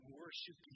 worship